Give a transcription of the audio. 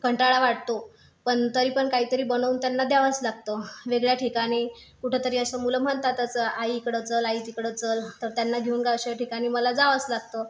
कंटाळा वाटतो पण तरी पण काहीतरी बनवून त्यांना द्यावंच लागतं वेगळ्या ठिकाणी कुठेतरी असं मुलं म्हणतातच आई ईकडं चल आई तिकडं चल तर त्यांना घेऊनगा अशा ठिकाणी मला जावंच लागतं